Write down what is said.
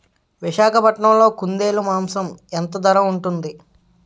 విశాఖపట్నంలో కుందేలు మాంసం ఎంత ధర ఉంటుంది?